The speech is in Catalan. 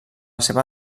seva